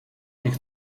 tych